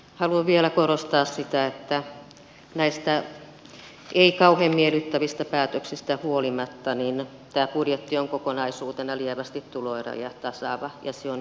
haluan vielä korostaa sitä että näistä ei kauhean miellyttävistä päätöksistä huolimatta tämä budjetti on kokonaisuutena lievästi tuloeroja tasaava ja se on hyvä asia